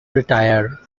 retire